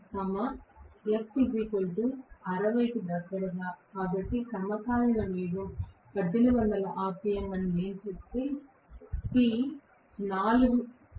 కాబట్టి f 60 కాబట్టి దగ్గరి సమకాలిక వేగం 1800 ఆర్పిఎమ్ అని నేను చెబితే p 4 ధ్రువాలు ఉండాలి